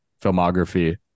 filmography